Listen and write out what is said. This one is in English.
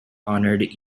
honored